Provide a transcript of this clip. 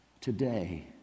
Today